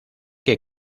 que